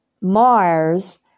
Mars